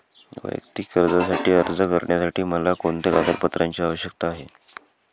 वैयक्तिक कर्जासाठी अर्ज करण्यासाठी मला कोणत्या कागदपत्रांची आवश्यकता आहे?